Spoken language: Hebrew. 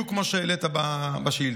בדיוק כמו שהעלית בשאילתה.